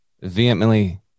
vehemently